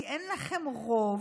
כי אין לכם רוב,